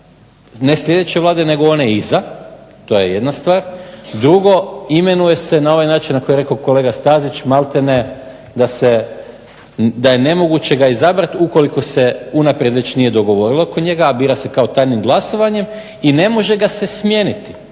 ne sljedeće Vlade nego one iza, to je jedna stvar. Drugo, imenuje se na ovaj način na koji je rekao kolega Stazić, malte ne da je nemoguće ga izabrati ukoliko se unaprijed već nije dogovorilo oko njega, a bira se kao tajnim glasovanjem i ne može ga se smijeniti.